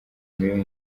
mibi